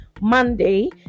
Monday